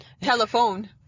Telephone